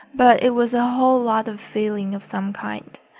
but it was a whole lot of feeling of some kind.